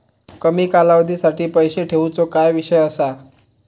कमी कालावधीसाठी पैसे ठेऊचो काय विषय असा?